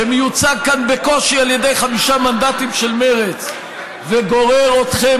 שמיוצג כאן בקושי על ידי חמישה מנדטים של מרצ וגורר אתכם